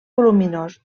voluminós